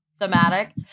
Thematic